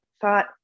thought